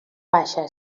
baixa